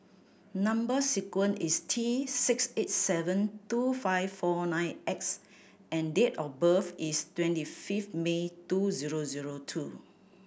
number sequence is T six eight seven two five four nine X and date of birth is twenty fifth May two zero zero two